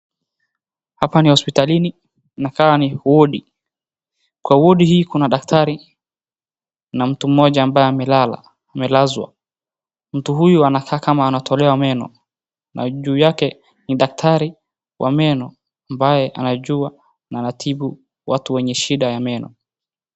Hapa ni hospitalini inakaa ni wodi kwa wodi hii kuna daktari na mti mmoja ambaye amelazwa mtu huyu anakaa nikama anatolewa meno na juu yake ni daktari wa meno ambaye anajua na anatibu watu wenye shida ya meno.